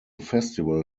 festival